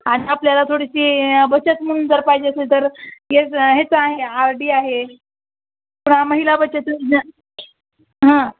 आणि आपल्याला थोडीशी बचत म्हणून जर पाहिजे असली तर हेच हेचं आहे आर डी आहे पुन्हा महिला बचत योजना हां